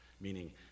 meaning